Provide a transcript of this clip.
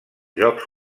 jocs